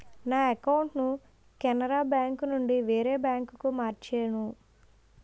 నా అకౌంటును కెనరా బేంకునుండి వేరే బాంకుకు మార్చేను